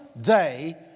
day